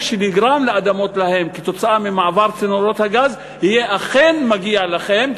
שנגרם לאדמות שלהם ממעבר צינורות הגז תהיה: אכן מגיע לכם,